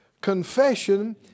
confession